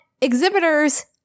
exhibitors